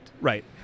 Right